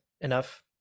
enough